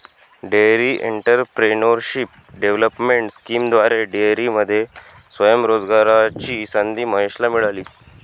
dairy entrepreneurship development स्कीमद्वारे डेअरीमध्ये स्वयं रोजगाराची संधी महेशला मिळाली